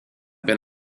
been